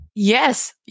Yes